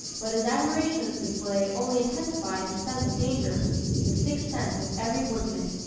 but his admiration of the display only intensified his sense of danger the sixth sense of every woodsman.